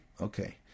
Okay